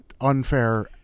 unfair